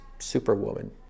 Superwoman